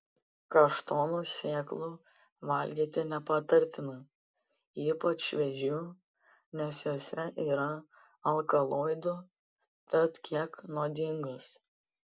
kaštonų sėklų valgyti nepatartina ypač šviežių nes jose yra alkaloidų tad kiek nuodingos